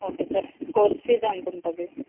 okay sir course fee ఎంత ఉంటుంది